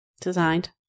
designed